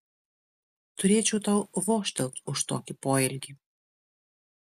turėčiau tau vožtelt už tokį poelgį